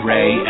Ray